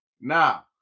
Now